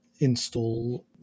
install